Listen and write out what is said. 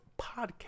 podcast